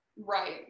Right